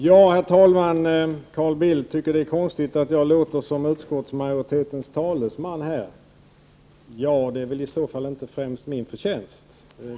Herr talman! Carl Bildt tycker att det är konstigt att jag låter som utskottsmajoritetens talesman i denna fråga. Ja, det är väl i så fall inte främst min förtjänst.